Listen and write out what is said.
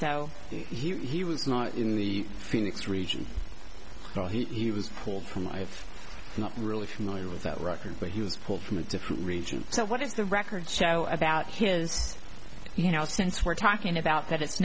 so he was not in the phoenix region so he was pulled from i have not really familiar with that record but he was pulled from a different region so what is the record show about his you know since we're talking about that it's